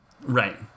Right